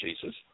Jesus